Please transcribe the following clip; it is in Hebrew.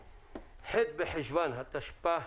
ח' בחשוון התשפ"א.